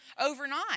overnight